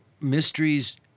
mysteries